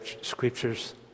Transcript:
Scriptures